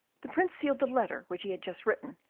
the prince sealed the letter which he had just written,